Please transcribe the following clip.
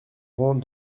rangs